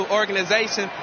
organization